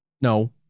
No